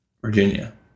Virginia